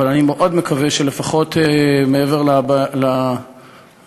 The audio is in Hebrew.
אני מאוד מקווה שלפחות מעבר לדיבור,